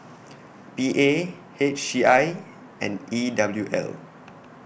P A H C I and E W L